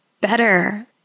better